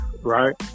right